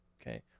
okay